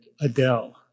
Adele